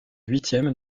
huitième